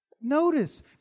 Notice